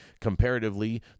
Comparatively